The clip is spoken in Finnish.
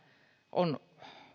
on